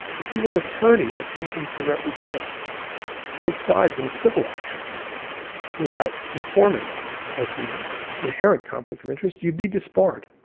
if you were an attorney attempting to represent both sides in a civil action without informing of the inherent conflict of interest, you'd be disbarred.